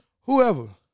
whoever